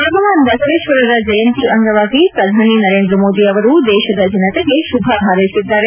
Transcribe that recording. ಭಗವಾನ್ ಬಸವೇಶ್ವರರ ಜಯಂತಿ ಅಂಗವಾಗಿ ಪ್ರಧಾನಮಂತ್ರಿ ನರೇಂದ್ರ ಮೋದಿ ಅವರು ದೇಶದ ಜನತೆಗೆ ಶುಭ ಹಾರೈಸಿದ್ದಾರೆ